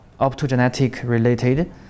optogenetic-related